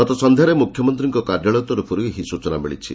ଗତ ସନ୍ଧ୍ୟାରେ ମୁଖ୍ୟମନ୍ତ୍ରୀଙ୍କ କାର୍ଯ୍ୟାଳୟ ତରଫରୁ ଏହି ସୂଚନା ମିଳିଛି